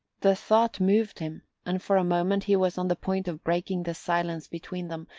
the thought moved him, and for a moment he was on the point of breaking the silence between them,